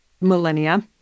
millennia